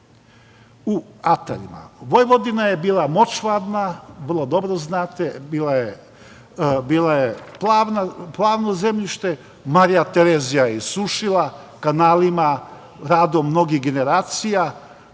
u atarima. Vojvodina je bila močvarna, vrlo dobro znate, bila je plavno zemljište, Marija Terezija je isušila, kanalima, radom mnogih generacija,